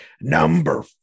number